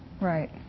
right